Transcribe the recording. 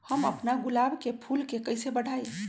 हम अपना गुलाब के फूल के कईसे बढ़ाई?